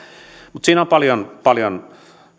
mutta siinä on paljon paljon